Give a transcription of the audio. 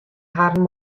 harren